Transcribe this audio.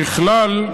ככלל,